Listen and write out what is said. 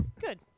good